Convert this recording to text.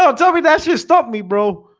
tell tell me that's just stop me bro.